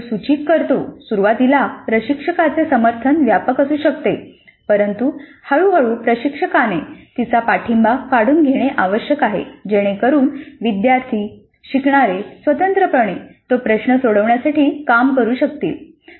तो सूचित करतो सुरुवातीला प्रशिक्षकाचे समर्थन व्यापक असू शकते परंतु हळू हळू प्रशिक्षकाने तिचा पाठिंबा काढून घेणे आवश्यक आहे जेणेकरुन विद्यार्थी शिकणारे स्वतंत्रपणे तो प्रश्न सोडवण्यासाठी काम करू शकतील